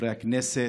חברי הכנסת,